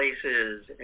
places